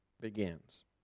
begins